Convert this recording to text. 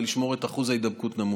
ולשמור את אחוז ההידבקות נמוך.